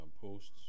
posts